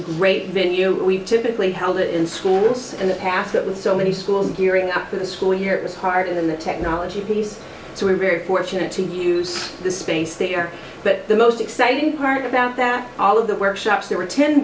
a great venue we've typically held it in schools in the past that with so many schools gearing up for the school year it was hard in the technology piece so we're very fortunate to use this space there but the most exciting part about that all of the workshops there were ten